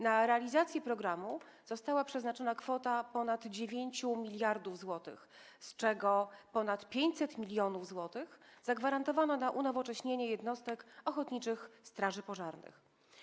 Na realizację programu została przeznaczona kwota ponad 9 mld zł, z czego ponad 500 mln zł zagwarantowano na unowocześnienie jednostek ochotniczych straży pożarnych.